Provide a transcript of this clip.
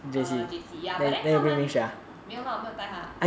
err J_C ya but then 他们没有没有带他